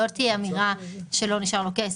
לא תהיה אמירה שלא נשאר לו כסף.